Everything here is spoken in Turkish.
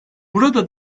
burada